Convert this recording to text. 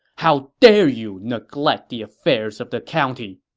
how dare you neglect the affairs of the county!